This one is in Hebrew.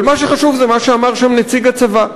אבל מה שחשוב זה מה שאמר שם נציג הצבא,